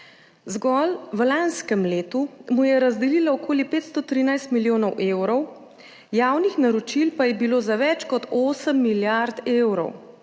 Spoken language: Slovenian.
Zgolj v lanskem letu mu je razdelila okoli 513 milijonov evrov, javnih naročil pa je bilo za več kot osem milijard evrov.